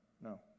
No